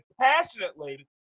Passionately